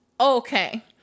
okay